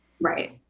Right